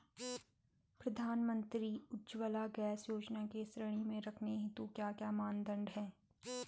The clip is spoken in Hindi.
प्रधानमंत्री उज्जवला गैस योजना की श्रेणी में रखने हेतु क्या क्या मानदंड है?